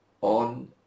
on